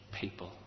people